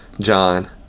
John